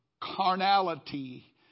carnality